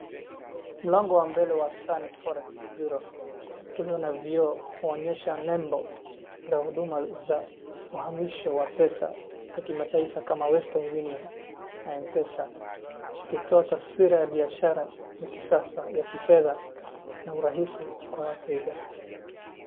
Mlango wa mbele wa sunny forex bureau uliona vioo kunyesha nembo za huduma za uhamisho wa pesa ya kimataifa ka western union na mpesa ukitoa taswira ya biashara ya kisasa ya kifedha na urahisi kwa wateja.